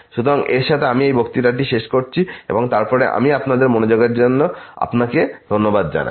সুতরাং এর সাথে আমি এই বক্তৃতাটি শেষ করি এবং তারপরে আমি আপনার মনোযোগের জন্য আপনাকে ধন্যবাদ জানাই